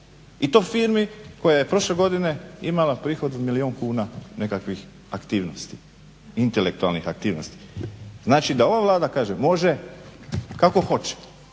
i to firmi koja je prošle godine imala prihod od milijun kuna nekakvih aktivnosti, intelektualnih aktivnosti. Znači, da ova Vlada kažem može kako hoće